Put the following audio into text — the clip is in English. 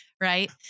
right